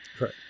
Right